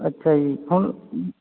ਅੱਛਾ ਜੀ ਹੁਣ